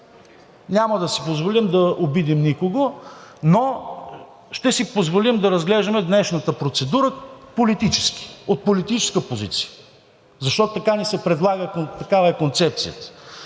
Няма да си позволим да обидим никого, но ще си позволим да разглеждаме днешната процедура политически, от политическа позиция, защото така ни се предлага, такава е концепцията.